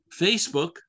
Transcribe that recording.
facebook